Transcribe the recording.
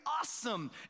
awesome